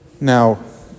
Now